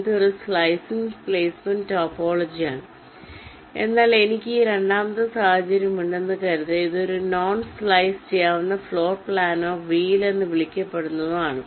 ഇതൊരു slicing placement ടോപ്പോളജിയാണ് എന്നാൽ എനിക്ക് ഈ രണ്ടാമത്തെ സാഹചര്യം ഉണ്ടെന്ന് കരുതുക അത് ഒരു നോൺ സ്ലൈസ് ചെയ്യാവുന്ന ഫ്ലോർ പ്ലാനോ വീൽ എന്ന് വിളിക്കപ്പെടുന്നതോ ആണ്